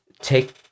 take